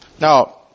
Now